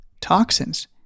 toxins